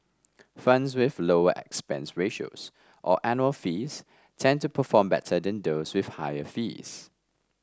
funds with lower expense ratios or annual fees tend to perform better than those with higher fees